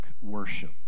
worship